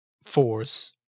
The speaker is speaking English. force